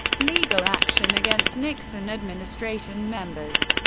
legal action against nixon administration members